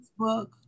Facebook